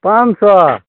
पाॅंच सए